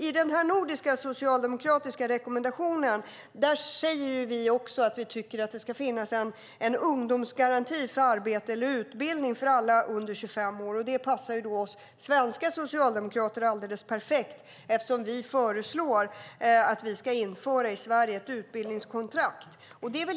I den nordiska socialdemokratiska rekommendationen säger vi att vi tycker att det ska finnas en ungdomsgaranti för arbete eller utbildning för alla under 25 år. Det passar oss svenska socialdemokrater alldeles perfekt eftersom vi föreslår att vi ska införa ett utbildningskontrakt i Sverige.